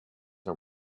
are